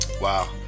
Wow